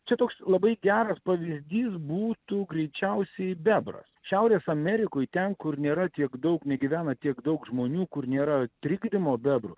čia toks labai geras pavyzdys būtų greičiausiai bebras šiaurės amerikoj ten kur nėra tiek daug negyvena tiek daug žmonių kur nėra trikdymo bebrų